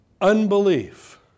unbelief